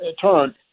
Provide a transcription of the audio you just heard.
turn